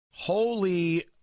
Holy